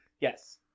yes